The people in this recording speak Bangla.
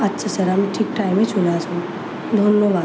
আচ্ছা স্যার আমি ঠিক টাইমে চলে আসব ধন্যবাদ